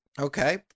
okay